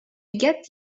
get